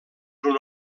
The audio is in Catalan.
una